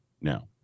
now